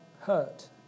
hurt